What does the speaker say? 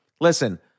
listen